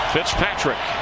Fitzpatrick